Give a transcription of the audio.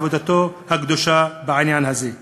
על עבודתו הקדושה בעניין הזה.